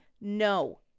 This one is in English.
No